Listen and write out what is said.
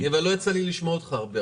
אבל לא יצא לי לשמוע אותך הרבה.